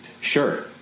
Sure